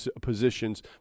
positions